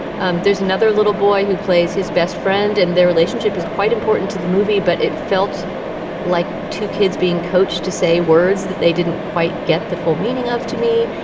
um there's another little boy who plays his best friend and their relationship is quite important to the movie. but it felt like two kids being coached to say words that they didn't quite get the full meaning of to me.